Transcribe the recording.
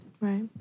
Right